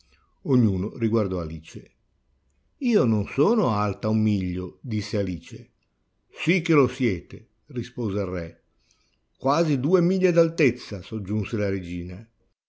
ognuno riguardò alice io non sono alta un miglio disse alice sì che lo siete rispose il re quasi due miglia d'altezza soggiunse la regina